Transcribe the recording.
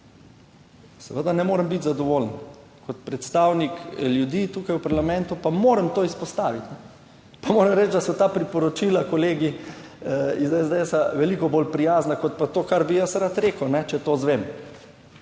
Seveda ne morem biti zadovoljen, kot predstavnik ljudi tukaj v parlamentu, pa moram to izpostaviti. Pa moram reči, da so ta priporočila, kolegi iz SDS, veliko bolj prijazna kot pa to kar bi jaz rad rekel, če to izvem,